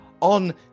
on